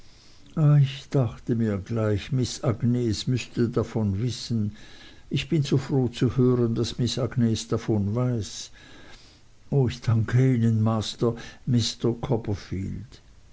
ich dachte mir gleich miß agnes müsse davon wissen ich bin so froh zu hören daß miß agnes davon weiß o ich danke ihnen master mister copperfield